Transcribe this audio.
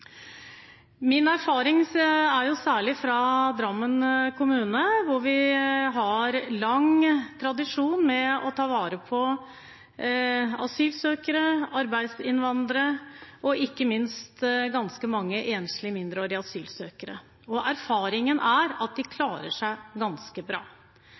Min erfaring er særlig fra Drammen kommune, hvor vi har lang tradisjon for å ta vare på asylsøkere, arbeidsinnvandrere og ikke minst ganske mange enslige mindreårige asylsøkere. Erfaringen er at de klarer seg ganske bra.